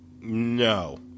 No